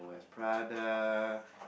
Prada